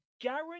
guarantee